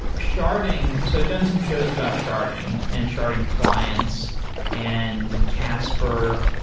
sharding so i've done some shows about sharding and sharding clients and casper.